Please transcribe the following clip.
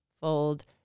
fold